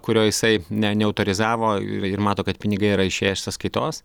kurio jisai ne neautorizavo ir mato kad pinigai yra išėję iš sąskaitos